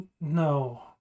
No